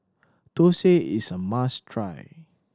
thosai is a must try